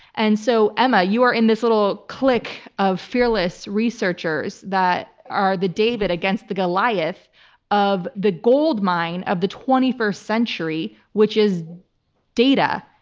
and so, emma, you are in this little clique of fearless researchers that are the david against the goliath of the gold mine of the twenty first century, which is data.